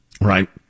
Right